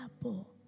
apple